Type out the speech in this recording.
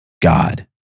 God